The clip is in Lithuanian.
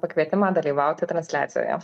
pakvietimą dalyvauti transliacijoje